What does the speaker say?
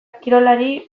kirolari